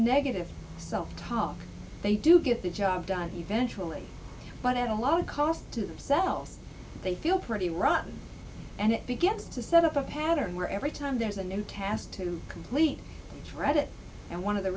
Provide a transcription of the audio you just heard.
negative self talk they do get the job done eventually but at a lower cost to themselves they feel pretty rotten and it begins to set up a pattern where every time there's a new task to complete reddit and one of the